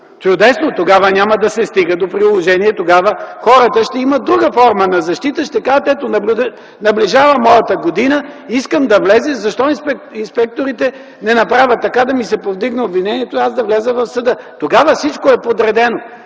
Чудесно! Тогава няма да се стига до приложение, тогава хората ще имат друга форма на защита. Ще кажат: ето, наближава моята година, искам да влезе, защо инспекторите не направят така да ми се повдигне обвинението и аз да вляза в съда? Тогава всичко е подредено.